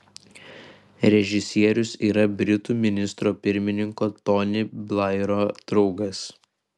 režisierius yra britų ministro pirmininko tony blairo draugas